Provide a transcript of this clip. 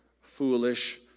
foolish